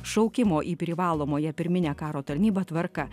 šaukimo į privalomąją pirminę karo tarnybą tvarka